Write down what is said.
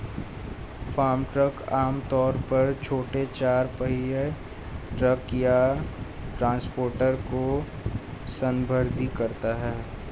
farm truck आम तौर पर छोटे चार पहिया ट्रक या ट्रांसपोर्टर को संदर्भित करता है